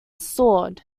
sword